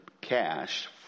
cash